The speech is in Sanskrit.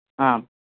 आम्